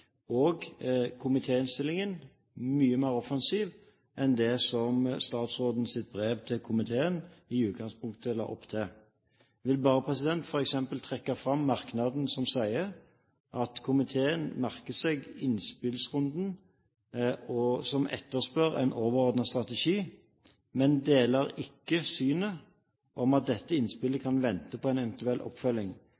er også mye mer offensiv enn det som statsrådens brev til komiteen i utgangspunktet la opp til. Jeg vil bare f.eks. trekke fram merknaden som sier: «Komiteen merker seg at innspillsrunden etterspør en overordnet strategi, men deler ikke synet om at dette innspillet